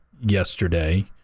yesterday